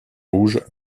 rouges